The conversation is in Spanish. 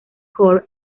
core